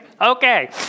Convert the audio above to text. okay